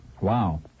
Wow